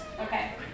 Okay